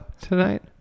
tonight